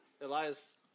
Elias